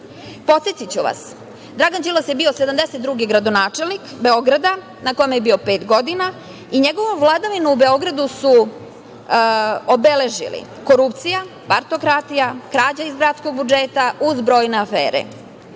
oduvao. Podsetiću vas, Dragan Đilas je bio 72. gradonačelnik Beograd na kome je bio pet godina i njegovu vladavinu u Beogradu su obeležili korupcija, partokratija, krađa iz gradskog budžeta uz brojne afere.